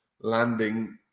landing